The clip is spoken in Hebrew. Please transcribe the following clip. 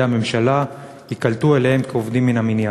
הממשלה ייקלטו בהם כעובדים מן המניין.